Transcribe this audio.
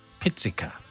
Pizzica